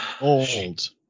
old